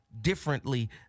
differently